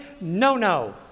no-no